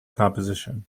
composition